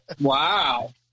Wow